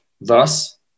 Thus